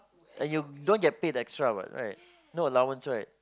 like you don't get paid extra what right no allowance right